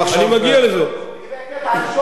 לגבי הקטע הראשון, אני מגיע לזה.